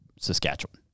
Saskatchewan